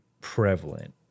prevalent